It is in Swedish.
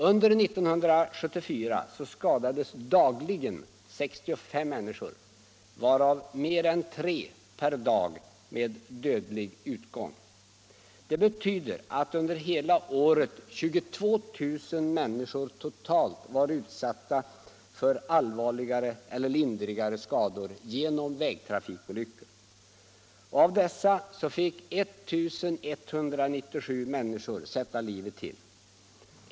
Under 1974 skadades dagligen 65 män niskor, varav mer än tre per dag med dödlig utgång. Det betyder att — Nr 20 under hela året 22 000 människor totalt var utsatta för allvarligare eller Onsdagen den lindrigare skador genom vägtrafikolyckor. Av dessa fick 1 197 sätta livet 12 november 1975 till.